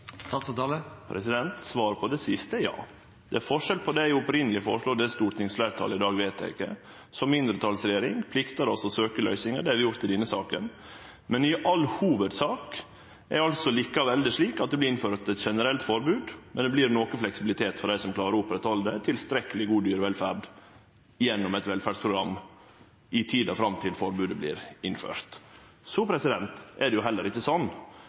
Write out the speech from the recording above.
på det siste er ja. Det er forskjell på det eg først føreslo, og det stortingsfleirtalet vedtek i dag. Som mindretalsregjering pliktar vi oss til å søkje løysingar, og det har vi gjort i denne saka. I all hovudsak er det altså likevel slik at det vert innført eit generelt forbod, men det vert noko fleksibilitet for dei som klarer å oppretthalde tilstrekkeleg god dyrevelferd gjennom eit velferdsprogram i tida fram til forbodet vert innført. Det er heller ikkje slik at det